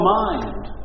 mind